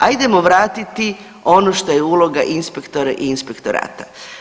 Ajdemo vratiti ono što je uloga inspektora i inspektorata.